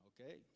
Okay